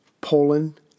Poland